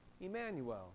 Emmanuel